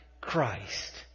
Christ